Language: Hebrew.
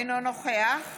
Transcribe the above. אינו נוכח